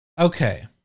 Okay